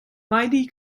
mighty